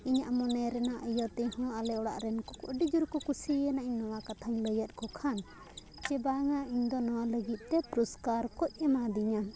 ᱤᱧᱟᱹᱜ ᱢᱚᱱᱮ ᱨᱮᱱᱟᱜ ᱤᱭᱟᱹ ᱛᱮᱦᱚᱸ ᱟᱞᱮ ᱚᱲᱟᱜ ᱨᱮᱱ ᱠᱚ ᱟᱹᱰᱤᱡᱳᱨ ᱠᱚ ᱠᱩᱥᱤᱭᱮᱱᱟ ᱤᱧ ᱱᱚᱣᱟ ᱠᱟᱛᱷᱟᱧ ᱞᱟᱹᱭᱟᱫ ᱠᱚ ᱠᱷᱟᱱ ᱡᱮ ᱵᱟᱝᱼᱟ ᱤᱧᱫᱚ ᱱᱚᱣᱟ ᱞᱟᱹᱜᱤᱫᱼᱛᱮ ᱯᱩᱨᱚᱥᱠᱟᱨ ᱠᱚ ᱮᱢᱟᱫᱤᱧᱟᱹ